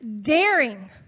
daring